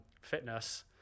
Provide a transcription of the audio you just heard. fitness